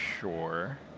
sure